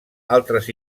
altres